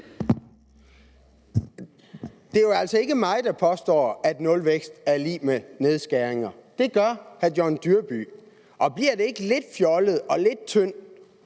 Det er jo altså ikke mig, der påstår, at nulvækst er lig med nedskæringer. Det gør hr. John Dyrby Paulsen, og bliver det ikke lidt fjollet og lidt tyndt,